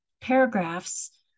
paragraphs